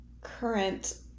current